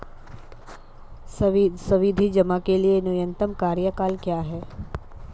सावधि जमा के लिए न्यूनतम कार्यकाल क्या है?